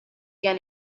can